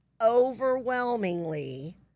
overwhelmingly